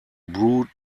brew